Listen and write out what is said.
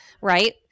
right